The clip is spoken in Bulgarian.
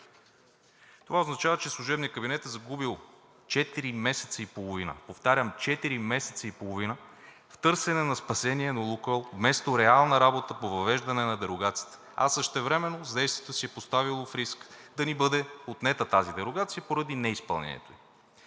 Това означава, че служебният кабинет е загубил четири месеца и половина, повтарям, четири месеца и половина в търсене на спасение на „Лукойл“ вместо реална работа по въвеждане на дерогацията, а същевременно с действията си е поставил в риск да ни бъде отнета тази дерогацията поради неизпълнението ѝ.